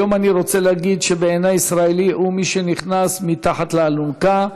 היום אני רוצה להגיד שבעיני ישראלי הוא מי שנכנס מתחת לאלונקה,